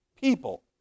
people